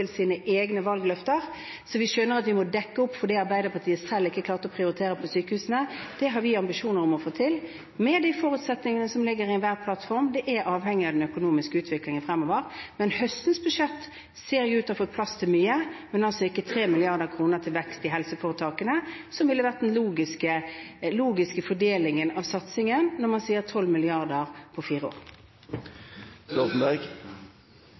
sine egne valgløfter, og vi skjønner at vi må dekke opp for det Arbeiderpartiet selv ikke klarte å prioritere til sykehusene. Det har vi ambisjoner om å få til med de forutsetningene som ligger i enhver plattform, men det er avhengig av den økonomiske utviklingen fremover. Høstens budsjett ser jo ut til å ha fått plass til mye, men altså ikke 3 mrd. kr til vekst i helseforetakene, noe som ville vært den logiske fordelingen av satsingen når man sier 12 mrd. kr på fire